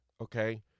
okay